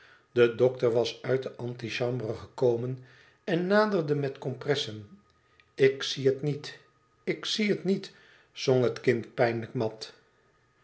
de dokter was uit de antichambre gekomen en naderde met de kompressen ik zie het niet ik zie het niet zong het kind pijnlijk mat